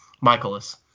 Michaelis